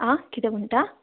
आं कितें म्हणटा